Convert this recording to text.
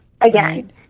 again